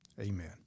Amen